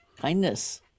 kindness